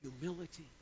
Humility